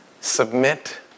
submit